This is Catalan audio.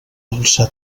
alçar